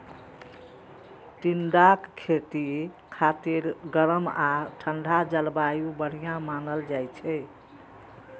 टिंडाक खेती खातिर गरम आ ठंढा जलवायु बढ़िया मानल जाइ छै